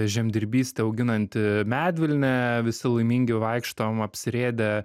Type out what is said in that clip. žemdirbystė auginanti medvilnė visi laimingi vaikštom apsirėdę